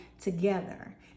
together